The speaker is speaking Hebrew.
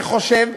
אני חושב,